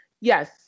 Yes